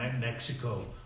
Mexico